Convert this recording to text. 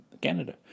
Canada